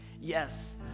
Yes